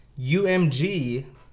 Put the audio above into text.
UMG